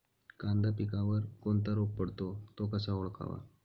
कांदा पिकावर कोणता रोग पडतो? तो कसा ओळखावा?